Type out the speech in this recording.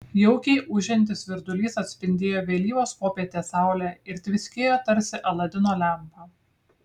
jaukiai ūžiantis virdulys atspindėjo vėlyvos popietės saulę ir tviskėjo tarsi aladino lempa